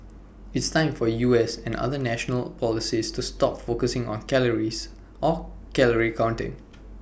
it's time for U S and other national policies to stop focusing on calories or calorie counting